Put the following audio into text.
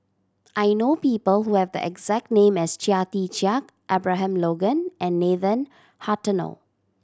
I know people who have the exact name as Chia Tee Chiak Abraham Logan and Nathan Hartono